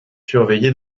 surveiller